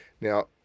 Now